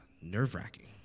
nerve-wracking